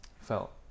felt